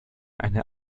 eine